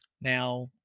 now